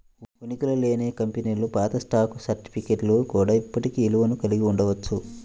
ఉనికిలో లేని కంపెనీల పాత స్టాక్ సర్టిఫికేట్లు కూడా ఇప్పటికీ విలువను కలిగి ఉండవచ్చు